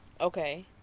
Okay